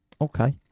Okay